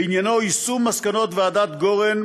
ועניינו יישום מסקנות ועדת גורן